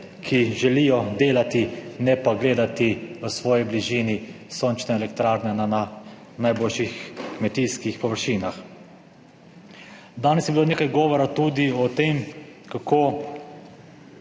ki želijo delati, ne pa gledati v svoji bližini sončne elektrarne na najboljših kmetijskih površinah. Danes je bilo nekaj govora tudi o tem, kako